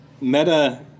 Meta